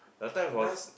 that time was